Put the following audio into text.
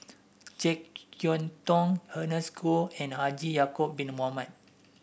JeK Yeun Thong Ernest Goh and Haji Ya'acob Bin Mohamed